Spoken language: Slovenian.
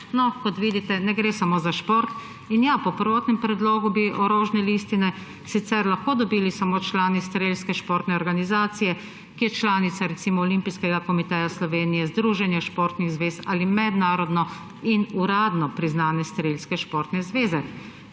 No, kot vidite, ne gre samo za šport. In po prvotnem predlogu bi orožne listine sicer lahko dobili samo člani športne strelske organizacije, ki je recimo članica Olimpijskega komiteja Slovenije, Združenja športnih zvez ali mednarodno in uradno priznane strelske športne zveze.